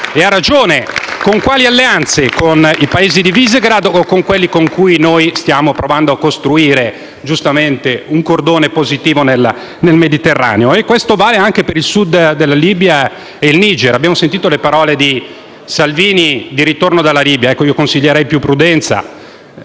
PD)*. Ma con quali alleanze? Con i Paesi di Visegràd o con quelli con cui noi stiamo provando a costruire, giustamente, un cordone positivo nel Mediterraneo? E questo vale anche per il Sud della Libia e il Niger. Abbiamo sentito le parole di Salvini di ritorno dalla Libia. Ebbene, io consiglierei più prudenza.